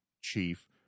chief